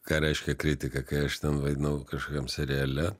ką reiškia kritika kai aš ten vaidinau kažkokiam seriale